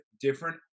different